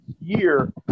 Year –